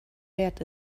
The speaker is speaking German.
wert